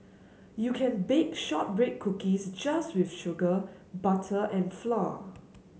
you can bake shortbread cookies just with sugar butter and flour